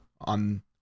on